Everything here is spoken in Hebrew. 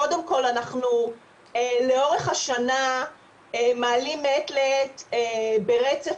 קודם כל אנחנו לאורך השנה מעלים מעת לעת ברצף,